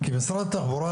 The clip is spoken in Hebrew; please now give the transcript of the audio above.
כי משרד התחבורה,